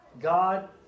God